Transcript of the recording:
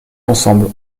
ensemble